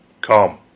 Come